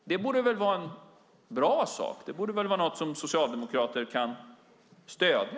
Det borde väl vara en bra sak. Det borde väl vara något som socialdemokrater kan stödja.